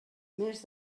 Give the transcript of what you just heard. més